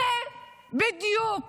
אלה בדיוק